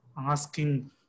asking